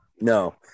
No